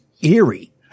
eerie